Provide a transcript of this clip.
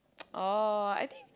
oh I think